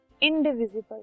indivisible